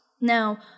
Now